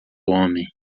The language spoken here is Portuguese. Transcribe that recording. homem